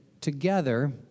together